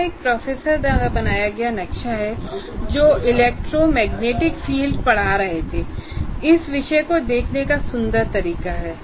यह एक प्रोफेसर द्वारा बनाया गया नक्शा है जो इलेक्ट्रोमैग्नेटिक फील्ड पढ़ा रहे थे इस विषय को देखने का सुंदर तरीका है